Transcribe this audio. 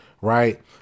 Right